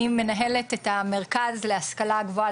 אני מנהלת את המרכז להשכלה גבוהה,